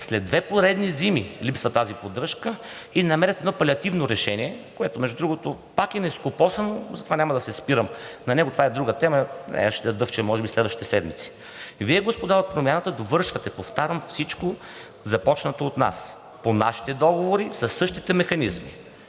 Две поредни зими липсва тази поддръжка и намерихте едно палиативно решение, което, между другото, пак е нескопосано, затова няма да се спирам на него – това е друга тема, нея ще я дъвчем може би следващите седмици. Вие, господа от Промяната, довършвате, повтарям, всичко започнато от нас, по нашите договори, със същите механизми.